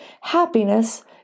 Happiness